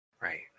Right